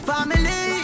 Family